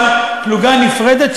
אבל פלוגה נפרדת,